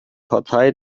partei